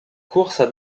courses